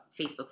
facebook